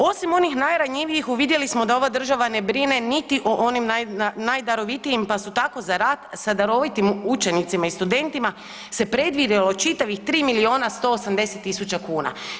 Osim onih najranjivijih uvidjeli smo da ova država ne brine naime niti o onim najdarovitijim, pa su tako za rad sa darovitim učenicima i studentima se predvidio čitavih 3 milijuna 180 000 kuna.